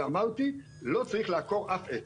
ואמרתי: לא צריך לעקור אף עץ.